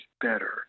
better